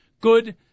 good